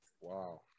Wow